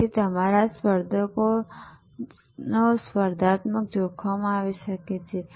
ત્યાંથી તમારા સ્પર્ધાત્મક જોખમો આવી શકે છે